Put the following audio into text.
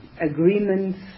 agreements